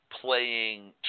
playing